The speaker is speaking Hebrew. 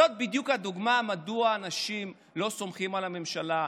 זאת בדיוק הדוגמה מדוע אנשים לא סומכים על הממשלה,